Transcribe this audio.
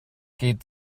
geht